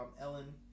Ellen